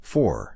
Four